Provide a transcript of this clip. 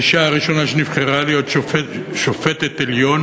האישה הראשונה שנבחרה להיות שופטת בית-המשפט העליון